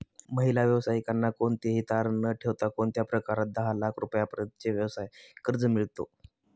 महिला व्यावसायिकांना कोणतेही तारण न ठेवता कोणत्या प्रकारात दहा लाख रुपयांपर्यंतचे व्यवसाय कर्ज मिळतो?